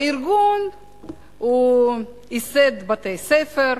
הארגון ייסד בתי-ספר,